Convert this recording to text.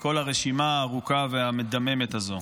וכל הרשימה הארוכה והמדממת הזו.